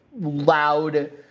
loud